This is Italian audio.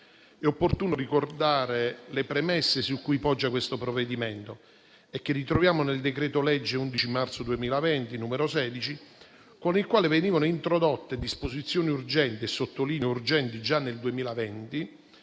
È opportuno ricordare le premesse su cui poggia il provvedimento in esame e che ritroviamo nel decreto-legge 11 marzo 2020, n. 16, con il quale venivano introdotte disposizioni urgenti - lo sottolineo - già nel 2020